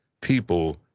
people